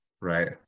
right